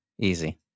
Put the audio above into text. Easy